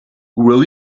will